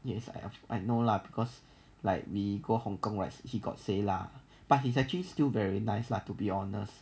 yes I know lah because like we go hong-kong right he got say lah but he's actually still very nice lah to be honest